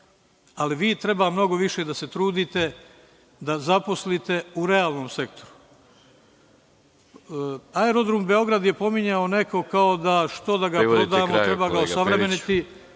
ali vi treba mnogo više da se trudite da zaposlite u realnom sektoru. Aerodrom Beograd je pominjao neko kao da, što da ga prodajemo, treba ga osavremeniti,